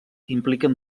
impliquen